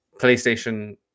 playstation